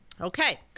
okay